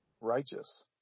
Righteous